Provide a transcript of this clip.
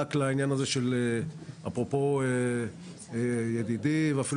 רק לעניין הזה של אפרופו ידידי ואפילו